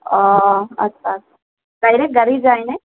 অ' আচ্ছা আচ্ছা ডাইৰেক্ট গাড়ী যায়নে